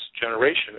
generation